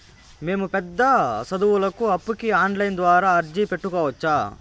మేము పెద్ద సదువులకు అప్పుకి ఆన్లైన్ ద్వారా అర్జీ పెట్టుకోవచ్చా?